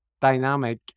dynamic